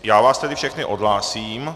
Já vás tedy všechny odhlásím.